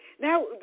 Now